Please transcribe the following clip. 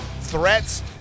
threats